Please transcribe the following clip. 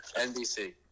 NBC